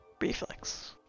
Reflex